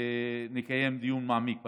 ונקיים דיון מעמיק בנושא.